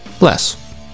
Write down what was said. less